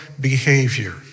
behavior